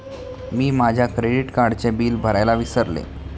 मी माझ्या क्रेडिट कार्डचे बिल भरायला विसरले